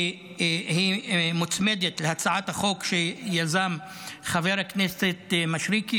שמוצמדת להצעת החוק שיזם חבר הכנסת מישרקי,